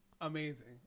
amazing